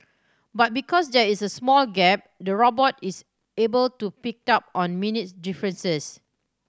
but because there is a small gap the robot is able to pick up on minute differences